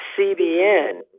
CBN